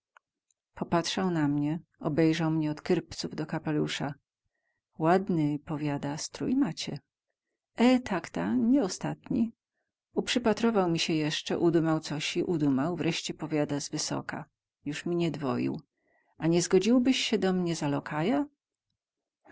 popatrzał na mnie obejrzał mie od kyrpców do kapelusa ładny powiada strój macie e tak ta nie ostatni uprzypatrował sie mi jesce udumał cosi udumał wreście powiada z wysoka juz mi nie dwoił a nie zgodziłbyś sie do mnie za lokaja